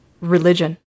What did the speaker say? religion